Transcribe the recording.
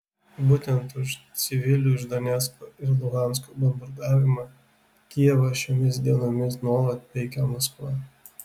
būtent už civilių iš donecko ir luhansko bombardavimą kijevą šiomis dienomis nuolat peikia maskva